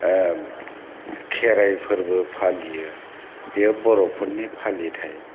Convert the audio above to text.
खेराय फोरबो फालियो बेयो बर'फोरनि फालिथाय